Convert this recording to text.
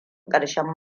ƙarshen